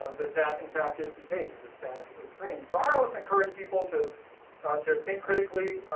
that, that, in fact, is the case that the sky is green. so i always encourage people to to think critically,